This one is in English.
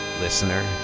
listener